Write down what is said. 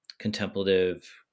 contemplative